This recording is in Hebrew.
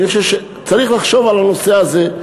אני חושב שצריך לחשוב על הנושא הזה.